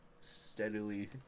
steadily